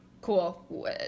Cool